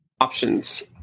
Options